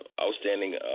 outstanding